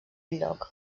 lloc